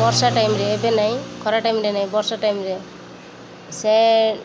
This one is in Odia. ବର୍ଷା ଟାଇମ୍ରେ ଏବେ ନାହିଁ ଖରା ଟାଇମ୍ରେ ନାହିଁ ବର୍ଷା ଟାଇମ୍ରେ ସେ